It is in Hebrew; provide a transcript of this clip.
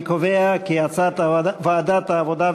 אני קובע כי הצעת ועדת העבודה,